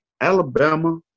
Alabama